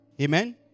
Amen